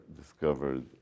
discovered